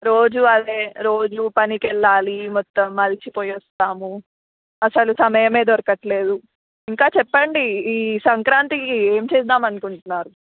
రోజూ అదే రోజు పనికి వెళ్ళాలి మొత్తం అలిసిపోయి వస్తాము అస్సలు సమయమే దొరకట్లేదు ఇంకా చెప్పండి ఈ సంక్రాంతికి ఏం చేద్దాం అనుకుంటున్నారు